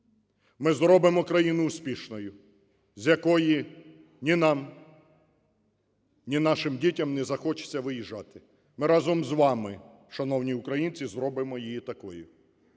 Ми зробимо країну успішною, з якої ні нам, ні нашим дітям не захочеться виїжджати. Ми разом з вами, шановні українці, зробимо її такою.